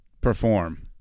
perform